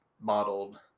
modeled